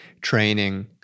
training